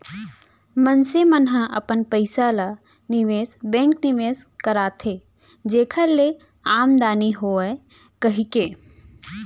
मनसे मन ह अपन पइसा ल निवेस बेंक निवेस करथे जेखर ले आमदानी होवय कहिके